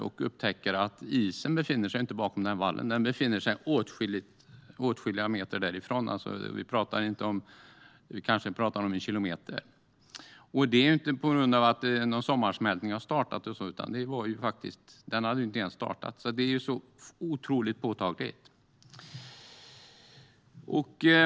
Vi kunde då upptäcka att isen inte befann sig bakom den vallen utan kanske en kilometer därifrån. Det var inte på grund av någon sommarsmältning. Den hade inte ens startat. Det här är alltså otroligt påtagligt.